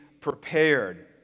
prepared